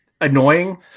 annoying